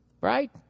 right